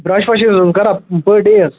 brush ورٛیش کَران پٔر ڈیٚے حظ